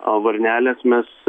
varnelės mes